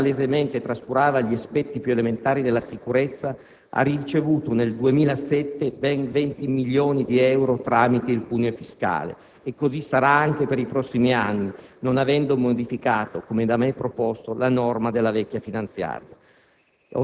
così palesemente trascurava gli aspetti più elementari della sicurezza - hanno ricevuto nel 2007 ben 20 milioni di euro tramite il cuneo fiscale. E così sarà anche per i prossimi anni, non avendo modificato, come da me proposto, la norma della vecchia finanziaria.